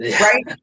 Right